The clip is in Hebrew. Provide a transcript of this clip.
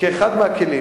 כאחד מהכלים.